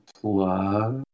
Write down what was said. plus